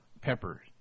pepper